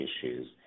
issues